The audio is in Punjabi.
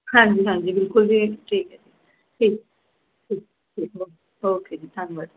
ਹਾਂਜੀ ਹਾਂਜੀ ਬਿਲਕੁਲ ਜੀ ਠੀਕ ਹੈ ਜੀ ਠੀਕ ਓਕੇ ਜੀ ਧੰਨਵਾਦ